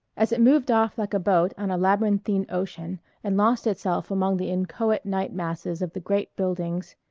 as it moved off like a boat on a labyrinthine ocean and lost itself among the inchoate night masses of the great buildings,